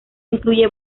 incluye